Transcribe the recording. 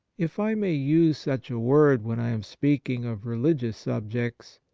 if i may use such a word when i am speak ing of religious subjects,